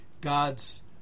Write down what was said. God's